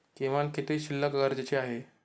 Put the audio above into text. किमान किती शिल्लक गरजेची आहे?